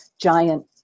giant